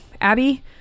Abby